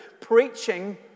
preaching